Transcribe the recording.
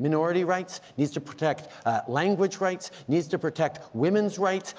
minority rights. needs to protect language rights. needs to protect women's rights.